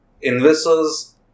investors